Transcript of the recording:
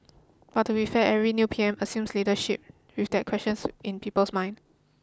but to be fair every new P M assumes leadership with that questions in people's minds